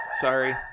Sorry